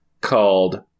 called